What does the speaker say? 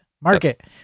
Market